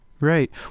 Right